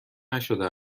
نشده